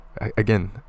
again